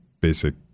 basic